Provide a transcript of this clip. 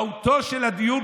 מהותו של הדיון,